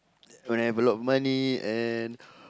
when I have a lot of money and